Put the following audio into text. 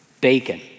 bacon